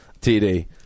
TD